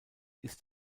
ist